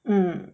mm